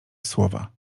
słowa